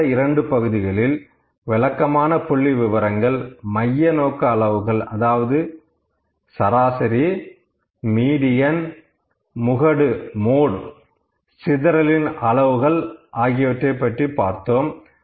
கடந்த இரண்டு பகுதிகளில் விளக்கமான புள்ளிவிபரங்கள் மையநோக்கு அளவுகள் அதாவது சராசரி மீடியன் முகடு சிதறலின் அளவுகள் ஆகியவற்றைப் பார்த்தோம்